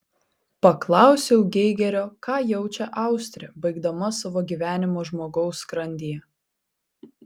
paklausiau geigerio ką jaučia austrė baigdama savo gyvenimą žmogaus skrandyje